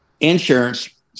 insurance